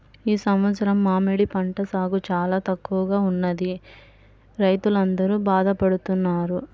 ఈ సంవత్సరం మామిడి పంట సాగు చాలా తక్కువగా ఉన్నదని రైతులందరూ బాధ పడుతున్నారు